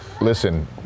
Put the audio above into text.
Listen